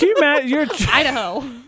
Idaho